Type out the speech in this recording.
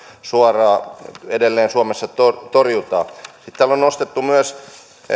edelleen suomessa torjutaan sitten täällä on nostettu